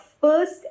first